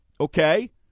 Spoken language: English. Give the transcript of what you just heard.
Okay